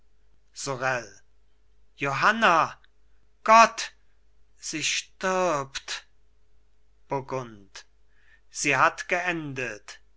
sorel johanna gott sie stirbt burgund sie hat geendet